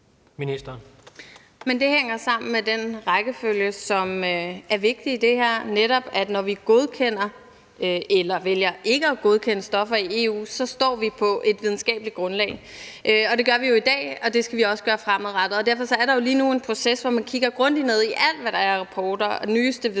Det hænger sammen med den rækkefølge, som er vigtig i det her, netop at når vi godkender eller vælger ikke at godkende stoffer i EU, står vi på et videnskabeligt grundlag. Det gør vi jo i dag, og det skal vi også gøre fremadrettet, og derfor er der jo lige nu en proces, hvor man kigger grundigt ned i alt, hvad der er af rapporter og nyeste viden